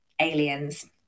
aliens